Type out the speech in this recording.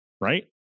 right